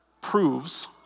proves